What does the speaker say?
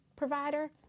provider